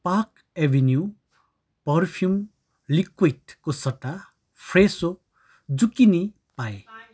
park Avenue perfume लिक्विडको सट्टा फ्रेसो जुक्किनी पाएँ